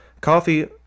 coffee